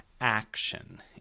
action